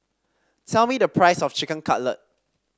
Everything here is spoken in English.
tell me the price of Chicken Cutlet